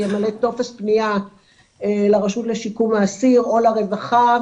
ימלא טופס פניה לרשות לשיקום האסיר או לרווחה,